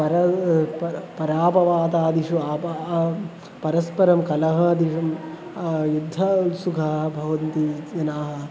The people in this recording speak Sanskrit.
परः परः पराभवादिषु अपि परस्परं कलहादिकं युद्धसुखं भवन्ति जनाः